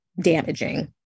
damaging